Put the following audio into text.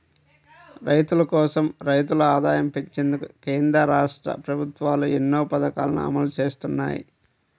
రైతుల కోసం, రైతుల ఆదాయం పెంచేందుకు కేంద్ర, రాష్ట్ర ప్రభుత్వాలు ఎన్నో పథకాలను అమలు చేస్తున్నాయి